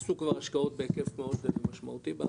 נעשו כבר השקעות בהיקף מאוד משמעותי בערבה,